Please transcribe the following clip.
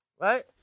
Right